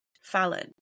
Fallon